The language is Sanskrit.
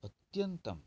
अत्यन्तं